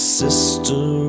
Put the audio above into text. sister